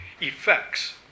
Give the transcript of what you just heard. effects